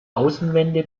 außenwände